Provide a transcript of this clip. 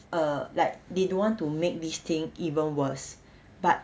uh like they don't want to make this thing even worse but